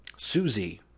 Susie